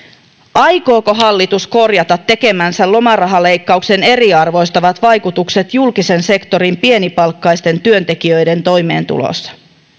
aikooko hallitus korjata tekemänsä lomarahaleikkauksen eriarvoistavat vaikutukset julkisen sektorin pienipalkkaisten työntekijöiden toimeentulossa